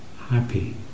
happy